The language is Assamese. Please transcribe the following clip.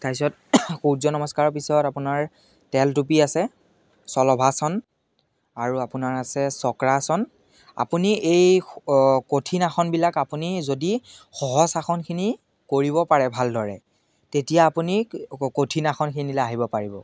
তাৰপিছত সূৰ্য নমস্কাৰৰ পিছত আপোনাৰ তেলটুপি আছে চলভাসন আৰু আপোনাৰ আছে চক্ৰাসন আপুনি এই কঠিন আসনবিলাক আপুনি যদি সহজ আসনখিনি কৰিব পাৰে ভালদৰে তেতিয়া আপুনি ক কঠিন আসনখিনিলৈ আহিব পাৰিব